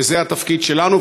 וזה התפקיד שלנו,